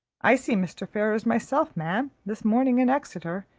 i see mr. ferrars myself, ma'am, this morning in exeter,